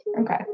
Okay